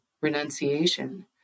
renunciation